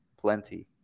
plenty